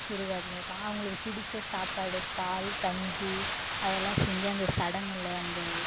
சுடுகாட்டில இருப்பாங்க அவங்களுக்கு பிடித்த சாப்பாடு பால் கஞ்சி அதெல்லாம் செஞ்சு அந்த சடங்கில் அந்த